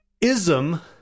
ism